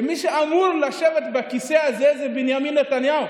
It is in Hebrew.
שמי שאמור לשבת בכיסא הזה זה בנימין נתניהו